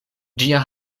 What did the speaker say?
ĝia